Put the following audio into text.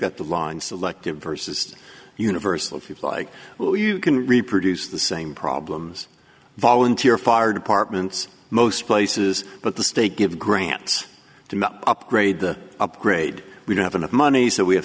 that the law and selective versus universal if you like well you can reproduce the same problems volunteer fire departments most places but the state give grants to upgrade the upgrade we don't have enough money so we have